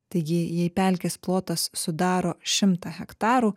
taigi jei pelkės plotas sudaro šimtą hektarų